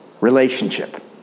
Relationship